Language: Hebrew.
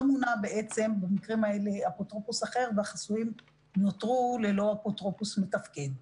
לא מונה במקרים האלה אפוטרופוס אחר והחסויים נותרו ללא אפוטרופוס מתפקד.